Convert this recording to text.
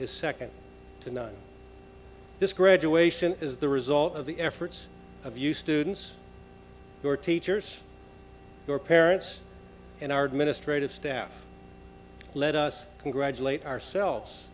is second to none this graduation is the result of the efforts of you students who are teachers your parents and our administrative staff let us congratulate ourselves